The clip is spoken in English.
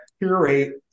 Curate